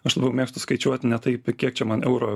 aš labiau mėgstu skaičiuot ne taip kiek čia man eurų